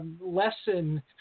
lesson